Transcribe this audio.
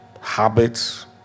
habits